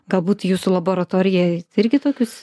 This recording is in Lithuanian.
galbūt jūsų laboratorija irgi tokius